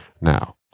Now